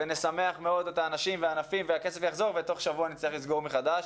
נשמח את האנשים והכסף יחזור ותוך שבוע ניאלץ לסגור מחדש.